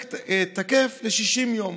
שתקף ל-60 יום.